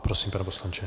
Prosím, pane poslanče.